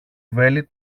βέλη